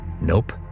Nope